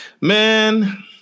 man